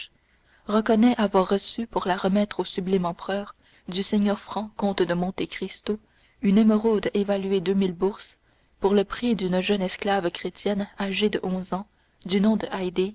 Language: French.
reconnais avoir reçu pour la remettre au sublime empereur du seigneur franc comte de monte cristo une émeraude évaluée deux mille bourses pour prix d'une jeune esclave chrétienne âgée de onze ans du nom de